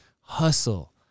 hustle